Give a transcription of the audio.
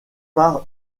part